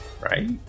Right